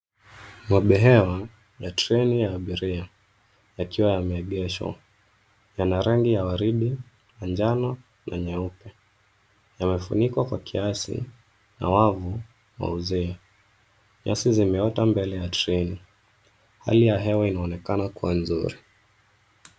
Mabehewa ya treni ya abiria yakiwa yameegeshwa. Yana rangi ya waridi, manjano na nyeupe. Yamefunikwa kwa kiasi na wavu wa uzio. nyasi zimeota mbele ya treni. Hali ya hewa inaonekana kuwa nzuri.